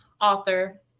author